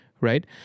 right